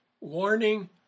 warning